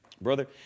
brother